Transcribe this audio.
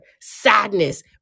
sadness